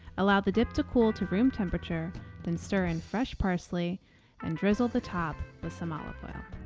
allow the dip to cool to room temperature then stir in fresh parsley and drizzle the top with so olive oil.